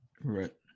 right